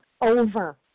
over